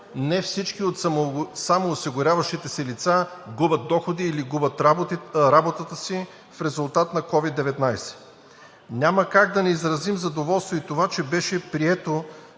не всички от самоосигуряващите се лица губят доходи или губят работата си в резултат на COVID-19. Няма как да не изразим задоволство и от това, че беше прието